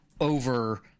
Over